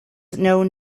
known